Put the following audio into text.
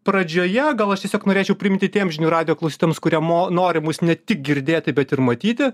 pradžioje gal aš tiesiog norėčiau priimti tiem žinių radijo klausytojams kurie mo nori mus ne tik girdėti bet ir matyti